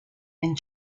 and